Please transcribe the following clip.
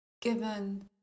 given